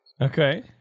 Okay